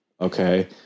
Okay